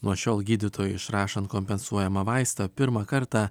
nuo šiol gydytojui išrašant kompensuojamą vaistą pirmą kartą